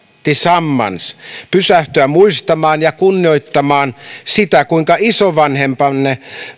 tillsammans pysähtyä muistamaan ja kunnioittamaan sitä kuinka isovanhempamme